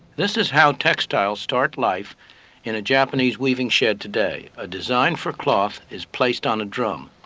this is how textiles start life in a japanese weaving shed today. a design for cloth is placed on a drum.